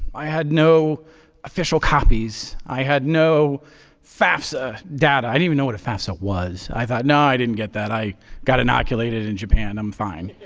i had no official copies. i had no fafsa data. i didn't even know what a fafsa was. i thought no, i didn't get that. i got inoculated in japan. i'm fine.